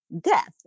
death